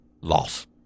Loss